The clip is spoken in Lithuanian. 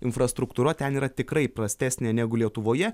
infrastruktūra ten yra tikrai prastesnė negu lietuvoje